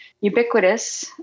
ubiquitous